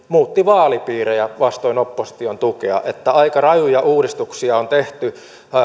muutti vaalipiirejä vastoin opposition tukea aika rajuja uudistuksia on tehty